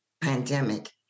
pandemic